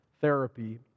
therapy